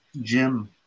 Jim